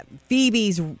Phoebe's